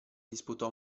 disputò